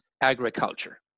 agriculture